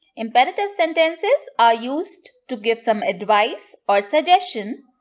imperative sentences are used to give some advice or suggestion,